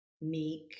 meek